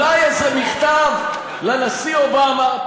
למה?